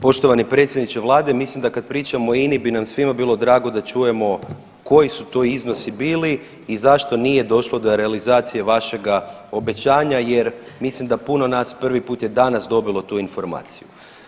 Poštovani predsjedniče vlade mislim da kad pričamo o INI bi nam svima bilo drago da čujemo koji su to iznosi bili i zašto nije došlo do realizacije vašega obećanja jer mislim da puno nas prvi put je danas dobilo tu informaciju.